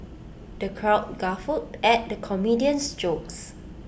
the crowd guffawed at the comedian's jokes